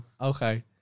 okay